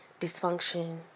dysfunction